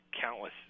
countless